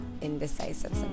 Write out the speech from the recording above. indecisive